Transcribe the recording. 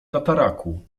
tataraku